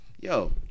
yo